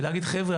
ולהגיד חבר'ה,